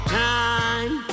time